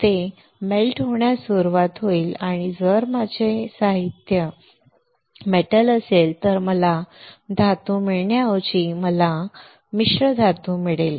ते वितळण्यास सुरवात होईल आणि जर माझे साहित्य धातू असेल तर मला धातू मिळण्याऐवजी मला मिश्र धातु मिळेल